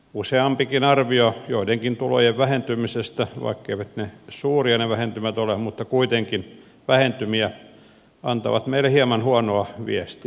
useampikin arvio joidenkin tulojen vähentymisestä vaikka ne vähentymät eivät suuria ole mutta kuitenkin vähentymiä antaa meille hieman huonoa viestiä